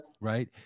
right